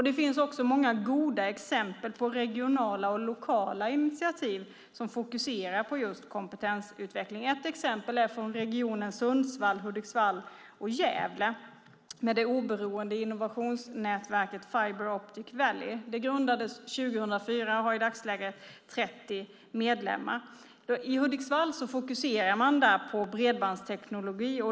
Det finns också många goda exempel på regionala och lokala initiativ som fokuserar på just kompetensutveckling. Ett exempel är från regionen Sundsvall-Hudiksvall-Gävle med det oberoende innovationsnätverket Fiber Optic Valley. Det grundades 2004 och har i dagsläget 30 medlemmar. I Hudiksvall fokuserar man på bredbandsteknologi.